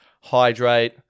hydrate